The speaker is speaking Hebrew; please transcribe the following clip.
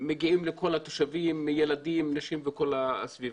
שמגיעים לכל התושבים, ילדים, נשים וכל הסביבה.